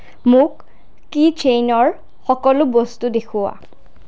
মোক কি চেইনৰ সকলো বস্তু দেখুওৱা